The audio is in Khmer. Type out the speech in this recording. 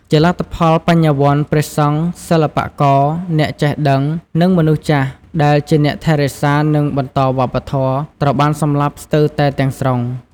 ជាលទ្ធផល បញ្ញវន្ត ព្រះសង្ឃ សិល្បករ អ្នកចេះដឹង និងមនុស្សចាស់ ដែលជាអ្នកថែរក្សា និងបន្តវប្បធម៌ ត្រូវបានសម្លាប់ស្ទើរតែទាំងស្រុង។